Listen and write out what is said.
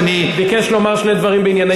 וביקש לומר שני דברים בענייני דיומא.